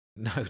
No